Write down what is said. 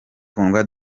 kundwa